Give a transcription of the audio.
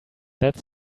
that